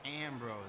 Ambrose